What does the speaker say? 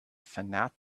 fanatic